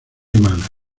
emana